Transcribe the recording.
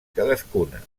cadascuna